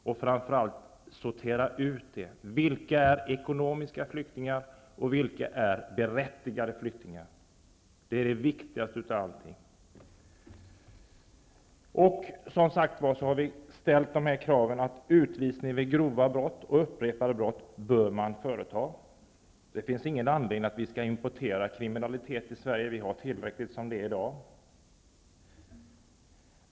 Sortera ut vilka flyktingar som är ekonomiska resp. berättigade flyktingar. Det är det viktigaste. Vi har rest kravet att man bör företa utvisning vid grova och upprepade brott. Det finns ingen anledning till att vi skall importera kriminalitet till Sverige. Vi har tillräckligt som det är i dag.